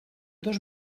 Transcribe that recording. dos